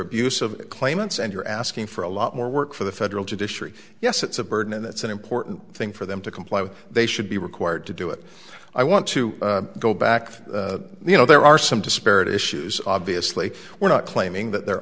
of claimants and you're asking for a lot more work for the federal judiciary yes it's a burden and that's an important thing for them to comply with they should be required to do it i want to go back you know there are some disparate issues obviously we're not claiming that there